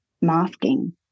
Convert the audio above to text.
masking